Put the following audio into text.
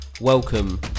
Welcome